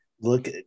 Look